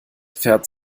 pferd